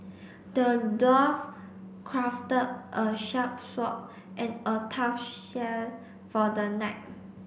the dwarf crafted a sharp sword and a tough shell for the knight